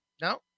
No